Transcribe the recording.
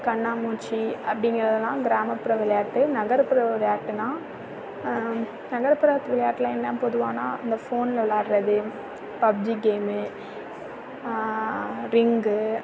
கண்ணாம்மூச்சி அப்படிங்கிறதெல்லாம் கிராமப்புற விளையாட்டு நகர்ப்புற விளையாட்டுனா நகர்ப்புறத்து விளையாட்டில் என்ன பொதுவானா அந்த ஃபோனில் விளையாடுறது பப்ஜி கேம்மு ரிங்கு